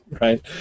right